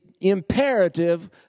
imperative